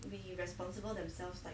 the irresponsible themselves like